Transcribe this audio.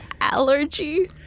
Allergy